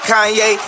Kanye